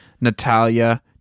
Natalia